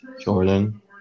Jordan